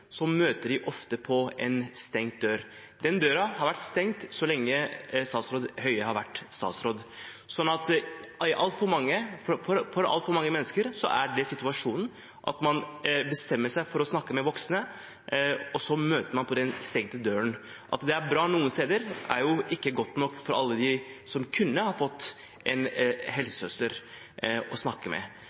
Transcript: møter de ofte en stengt dør. Den døren har vært stengt så lenge statsråd Høie har vært statsråd. For altfor mange mennesker er det situasjonen, at man bestemmer seg for å snakke med voksne, og så møter man den stengte døren. At det er bra noen steder, er ikke godt nok for alle dem som kunne ha trengt en helsesøster å snakke med.